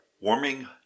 warming